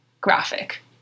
graphic